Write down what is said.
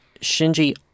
Shinji